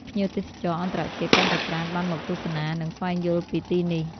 ភ្ញៀវទេសចរអន្តរជាតិកាន់តែច្រើនបានមកទស្សនា និងស្វែងយល់ពីទីនេះ។